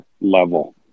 level